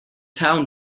town